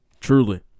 Truly